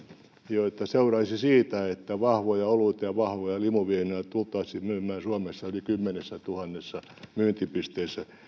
joita seuraisi siitä että vahvoja oluita ja vahvoja limuviinoja tultaisiin myymään suomessa yli kymmenessätuhannessa myyntipisteessä